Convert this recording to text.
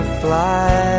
fly